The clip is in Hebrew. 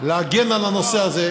להגן על הנושא הזה,